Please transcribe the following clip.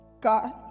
God